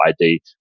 ID